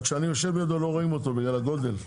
רק שאני יושב לידו לא רואים אותו בגלל הגודל,